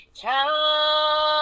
time